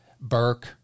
Burke